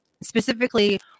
specifically